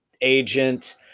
agent